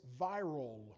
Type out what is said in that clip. viral